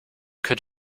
could